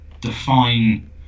define